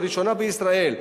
לראשונה בישראל,